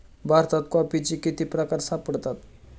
भारतात कॉफीचे किती प्रकार सापडतात?